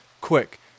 Quick